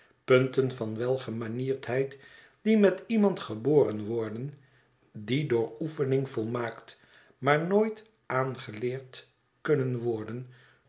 punten van welgemanierdheid die met iemand geboren worden die door oefening volmaakt maar nooit aangeleerd kunnen worden